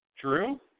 True